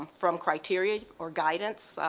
from criteria or guidance,